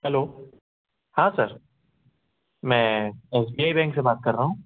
hello हाँ sir मैं S B I bank से बात कर रहा हूँ